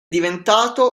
diventato